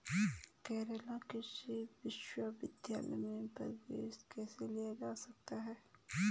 केरल कृषि विश्वविद्यालय में प्रवेश कैसे लिया जा सकता है?